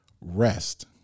rest